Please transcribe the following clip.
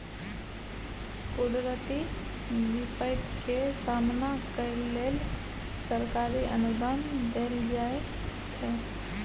कुदरती बिपैत के सामना करइ लेल सरकारी अनुदान देल जाइ छइ